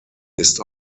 ist